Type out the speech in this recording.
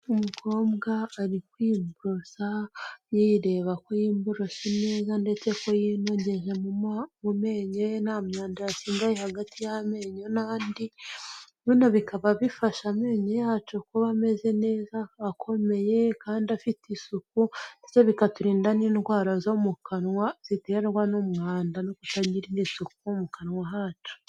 Umukobwa ari kwiborosa yireba ko yiboroshe neza ndetse ko yinogeje mu menyo ye nta myanda yasigaye hagati y'amenyo n'andi, bino bikaba bifasha amenyo yacu kuba ameze neza, akomeye, kandi afite isuku, bityo bikaturinda n'indwara zo mu kanwa ziterwa n'umumwanda no kutagirira isuku mu kanwa kacu.